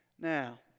Now